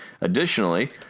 Additionally